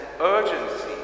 urgency